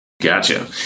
Gotcha